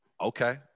Okay